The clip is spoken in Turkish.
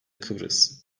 kıbrıs